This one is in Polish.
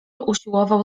usiłował